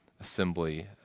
assembly